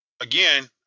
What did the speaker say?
Again